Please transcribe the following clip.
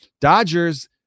Dodgers